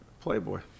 playboy